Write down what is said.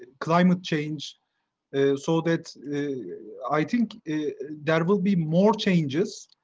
climate change so that i think there will be more changes.